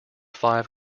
five